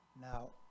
Now